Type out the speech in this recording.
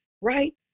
right